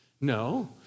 No